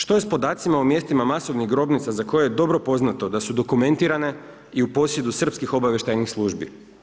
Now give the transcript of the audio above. Što je sa podacima o mjestima masovnih grobnica, za koje je dobro poznato da su dokumentirane i u posjedu srpskih obavještajnih službi?